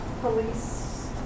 police